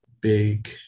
big